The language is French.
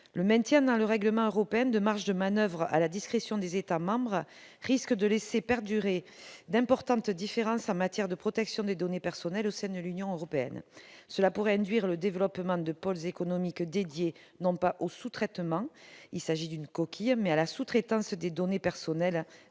Le maintien dans le règlement européen de marges de manoeuvre à la discrétion des États membres risque de laisser perdurer d'importantes différences en matière de protection des données personnelles au sein de l'Union européenne, ce qui pourrait induire le développement de pôles économiques dédiés à la sous-traitance des données personnelles